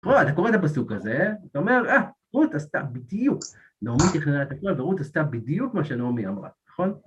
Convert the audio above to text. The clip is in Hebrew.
פה אתה קורא את הפסוק הזה, אתה אומר, רות עשתה בדיוק, נעמי תכנה את הכל ורות עשתה בדיוק מה שנעמי אמרה, נכון?